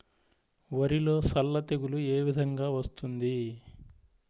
వరిలో సల్ల తెగులు ఏ విధంగా వస్తుంది?